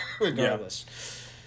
regardless